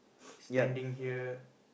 standing here